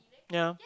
ya